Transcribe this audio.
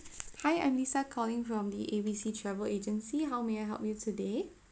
hi I'm lisa calling from the A B C travel agency how may I help you today